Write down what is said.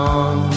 on